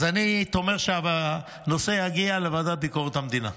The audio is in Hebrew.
אז אני תומך, שהנושא יגיע לוועדה לביקורת המדינה.